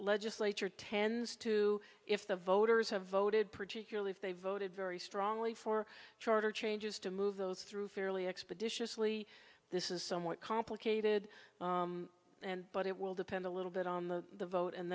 legislature tends to if the voters have voted particularly if they voted very strongly for charter changes to move those through fairly expeditiously this is somewhat complicated and but it will depend a little bit on the vote and